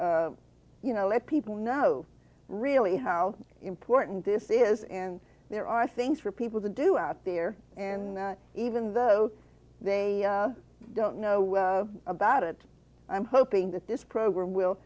you know let people know really how important this is and there are things for people to do out there and even though they don't know about it i'm hoping that this program will